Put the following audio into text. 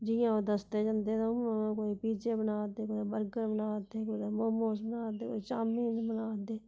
जियां ओह् दसदे जंदे ते उ'यां उ'यां गै कोई पिज्जे बना दे कुदै बर्गर बना दे कुदै मोमोस बना दे कुदै चामिन बना दे